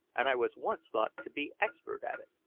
and i was once thought to be expert at it.